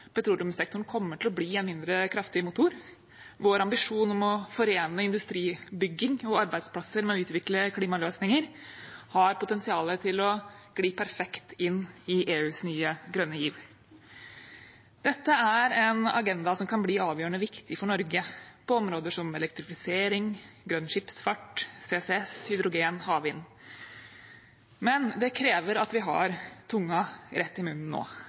petroleumssektoren kommer til å bli en mindre kraftig motor, og vår ambisjon om å forene industribygging og arbeidsplasser med å utvikle klimaløsninger har potensial til å gli perfekt inn i EUs nye grønne giv. Dette er en agenda som kan bli avgjørende viktig for Norge på områder som elektrifisering, grønn skipsfart, CCS, hydrogen og havvind. Men det krever at vi har tunga rett i munnen nå,